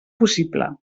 possible